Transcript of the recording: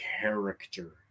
character